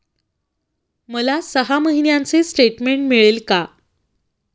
मला सहा महिन्यांचे स्टेटमेंट मिळेल का?